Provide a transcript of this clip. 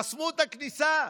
חסמו את הכניסה,